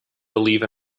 believe